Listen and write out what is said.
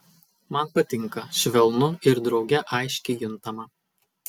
man patinka švelnu ir drauge aiškiai juntama